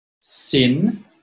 Sin